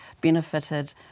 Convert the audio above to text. benefited